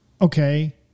okay